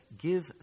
give